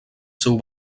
seu